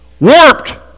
warped